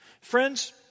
Friends